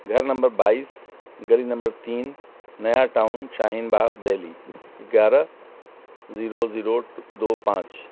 گھر نمبر بائیس گلی نمبر تین نیا ٹاؤن شاہین باغ دہلی گیارہ زیرو زیرو دو پانچ